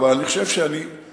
אבל אני חושב שהבעיה,